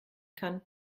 kann